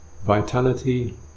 vitality